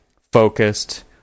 focused